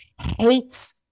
hates